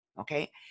Okay